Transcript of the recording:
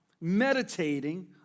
meditating